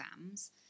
exams